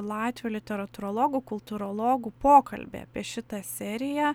latvių literatūrologų kultūrologų pokalbį apie šitą seriją